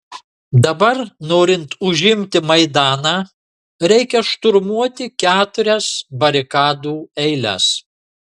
dabar norint užimti maidaną reikia šturmuoti keturias barikadų eiles